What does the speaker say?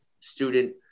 student